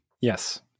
Yes